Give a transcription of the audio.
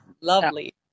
lovely